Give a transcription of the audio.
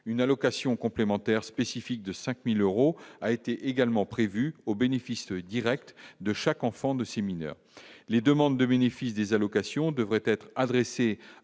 une allocation complémentaire spécifique de 5000 euros, a été également prévues au bénéfice Direct de chaque enfant de séminaires, les demandes de bénéfice des allocations devrait être adressées